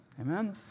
Amen